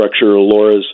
Laura's